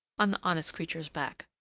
on the honest creature's back.